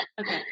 Okay